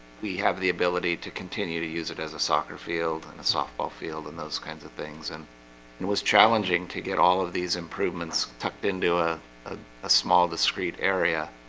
we have the ability to continue to use it as a soccer field and a softball field and those kinds of things and it and was challenging to get all of these improvements tucked into ah ah a small discreet area.